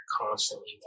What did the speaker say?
constantly